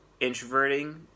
introverting